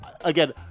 Again